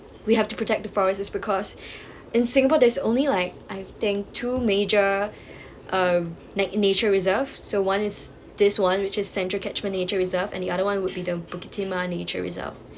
we have to protect the forest is because in singapore there's only like I think two major uh nature reserve so one is this one which is central catchment nature reserve and the other one would be the bukit-timah nature reserve